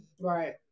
Right